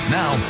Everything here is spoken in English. now